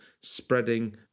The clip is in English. spreading